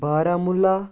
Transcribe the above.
Baramulla